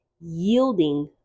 yielding